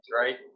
right